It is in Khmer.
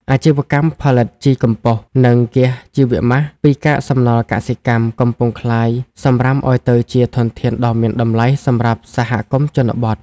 អាជីវកម្មផលិតជីកំប៉ុស្ត និងហ្គាសជីវម៉ាស ពីកាកសំណល់កសិកម្ម កំពុងប្រែក្លាយសំរាមឱ្យទៅជាធនធានដ៏មានតម្លៃសម្រាប់សហគមន៍ជនបទ។